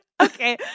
Okay